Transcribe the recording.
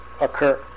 occur